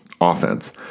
offense